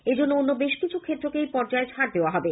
এজন্য অন্য বেশ কিছু ক্ষেত্রকে এই পর্যায়ে ছাড় দেওয়া হবে